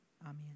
Amen